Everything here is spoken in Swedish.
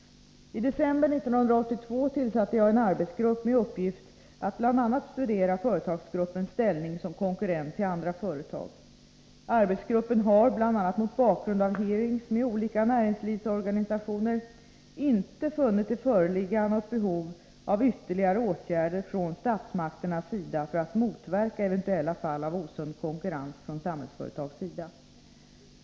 I december 1982 tillsatte jag en arbetsgrupp med uppgift att bl.a. studera företagsgruppens ställning som konkurrent till andra företag. Arbetsgruppen har, bl.a. mot bakgrund av hearings med olika näringslivsorganisationer, inte funnit det föreligga något behov av ytterligare åtgärder från statsmakternas sida för att motverka eventuella fall av osund konkurrens från samhällsföretags sida.